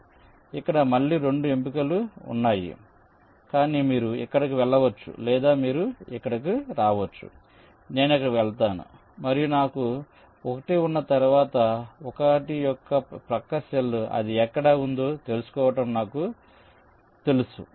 కాబట్టి ఇక్కడ మళ్ళీ 2 ఎంపికలు ఉన్నాయి గాని మీరు ఇక్కడకు వెళ్ళవచ్చు లేదా మీరు ఇక్కడకు రావచ్చు నేను ఇక్కడకు వెళ్తాను మరియు నాకు 1 ఉన్న తర్వాత 1 యొక్క ప్రక్క సెల్ అది ఎక్కడ ఉందో తెలుసుకోవటం నాకు తెలుసు